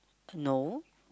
no